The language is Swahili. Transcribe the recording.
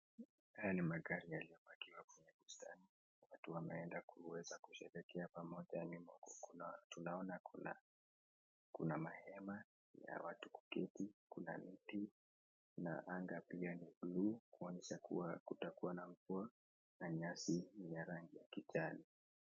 Haya ni magari yaliyopakiwa kwenye mstari, watu wameenda kuweza kusherekea pamoja nyuma huko tunaona kuna mahema ya watu kuketi, kuna miti na anga pia ni buluu kuonyesha kuwa kutakuwa na mvua na nyasi ni ya rangi ya kijani.